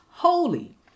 holy